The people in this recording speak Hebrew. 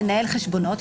לנהל חשבונות,